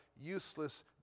useless